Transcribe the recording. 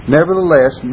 Nevertheless